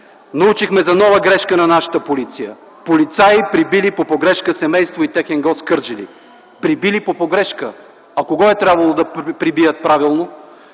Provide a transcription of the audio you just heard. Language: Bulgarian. научихме за нова грешка на нашата полиция – полицаи пребили по погрешка семейство и техен гост в Кърджали. Пребили по погрешка! А кого е трябвало да пребият правилно?!